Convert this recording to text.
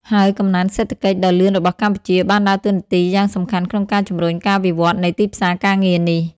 ហើយកំណើនសេដ្ឋកិច្ចដ៏លឿនរបស់កម្ពុជា បានដើរតួនាទីយ៉ាងសំខាន់ក្នុងការជំរុញការវិវត្តន៍នៃទីផ្សារការងារនេះ។